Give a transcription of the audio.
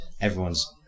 everyone's